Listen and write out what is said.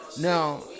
Now